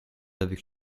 avec